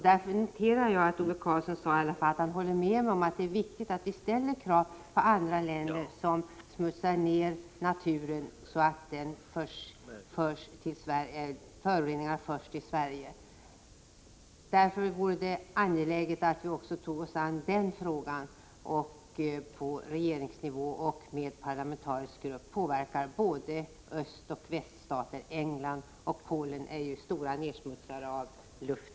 Därför noterar jag att Ove Karlsson i alla fall höll med mig om att det är viktigt att vi ställer krav på länder som smutsar ned miljön genom att föroreningar förs till Sverige. Då vore det angeläget att man också tog sig an frågan på regeringsnivå och även tillsatte en parlamentarisk grupp för att